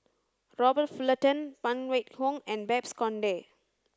Robert Fullerton Phan Wait Hong and Babes Conde